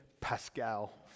Pascal